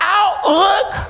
outlook